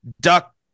duck